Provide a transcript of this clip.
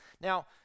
Now